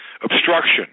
Obstruction